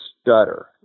stutter